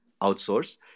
outsource